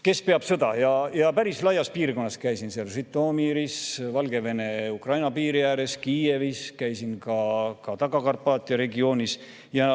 kes peab sõda, ja päris laias piirkonnas käisin seal – Žõtomõris, Valgevene ja Ukraina piiri ääres, Kiievis, käisin ka Taga-Karpaatia regioonis – ja